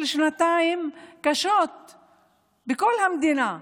של שנתיים קשות בכל המדינה,